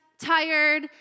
tired